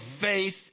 faith